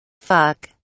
Fuck